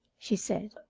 she said.